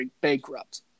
bankrupt